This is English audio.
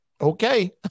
okay